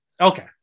Okay